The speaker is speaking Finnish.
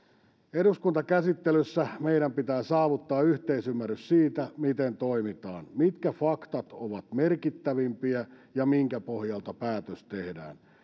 eduskuntakäsittelyssä meidän pitää saavuttaa yhteisymmärrys siitä miten toimitaan mitkä faktat ovat merkittävimpiä ja minkä pohjalta päätös tehdään